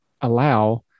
allow